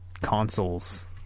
consoles